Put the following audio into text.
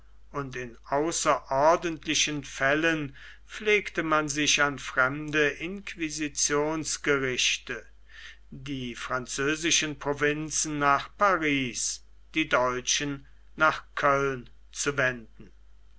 und in außerordentlichen fällen pflegte man sich an fremde inquisitionsgerichte die französischen provinzen nach paris die deutschen nach köln zu wenden